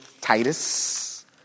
Titus